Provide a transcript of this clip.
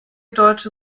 deutsche